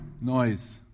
Noise